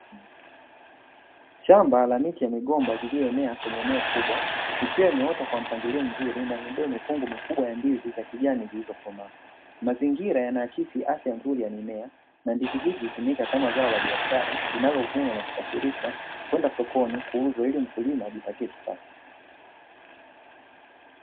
Shamba la miti ya migomba lililoenea kwenye eneo kubwa ikiwa imeota kwa mpangilio mzuri na imebeba mikungu mikubwa ya ndizi za kijani zilizokomaa mazingira yanaakisi afya nzuri ya mimea na ndizi izi utumika kama zao la biashara linalovunwa na kusafirishwa kwenda sokoni kuuzwa ili mkulima ajipatie kipato.